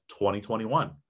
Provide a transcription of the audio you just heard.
2021